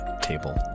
Table